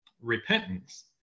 repentance